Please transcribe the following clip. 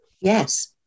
Yes